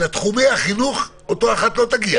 שלתחומי החינוך אותה אחת לא תגיע,